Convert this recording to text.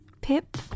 Pip